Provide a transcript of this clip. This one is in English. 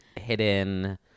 hidden